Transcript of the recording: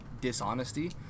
dishonesty